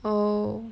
oh